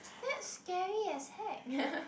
that's scary as heck